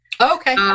Okay